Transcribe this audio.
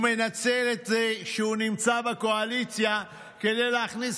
והוא מנצל את זה שהוא נמצא בקואליציה כדי להכניס